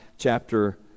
chapter